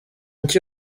iki